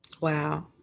Wow